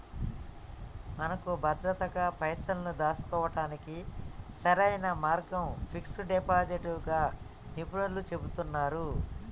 మనకు భద్రంగా పైసల్ని దాచుకోవడానికి సరైన మార్గం ఫిక్స్ డిపాజిట్ గా నిపుణులు చెబుతున్నారు